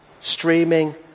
streaming